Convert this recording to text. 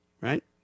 right